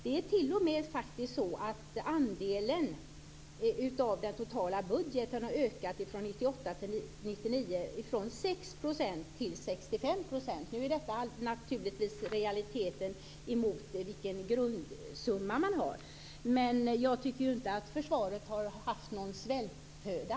Det är t.o.m. så att andelen av den totala budgeten från 1998 till 1999 har ökat från 6 % till 6,5 %. Nu beror detta naturligtvis i realiteten på vilken grundsumma man har, men jag tycker inte att försvaret har haft någon svältföda.